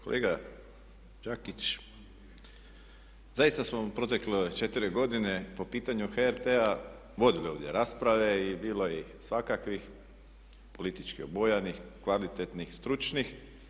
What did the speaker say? Kolega Đakić, zaista smo u protekle četiri godine po pitanju HRT-a vodili ovdje rasprave i bilo je i svakakvih politički obojanih, kvalitetnih, stručnih.